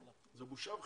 זו בושה וחרפה,